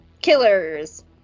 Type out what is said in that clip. killers